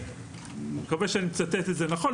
אני מקווה שאני מצטט את זה נכון,